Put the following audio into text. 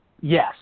yes